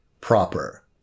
proper